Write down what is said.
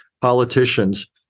Politicians